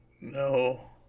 no